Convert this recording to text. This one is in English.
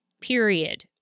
period